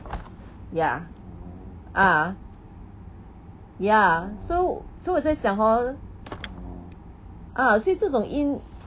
ya uh ya so so 我在想 hor uh 所以这种 in